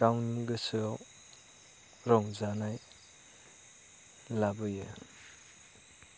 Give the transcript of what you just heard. गावनि गोसोआव रंजानाय लाबोयो